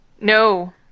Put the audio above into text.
No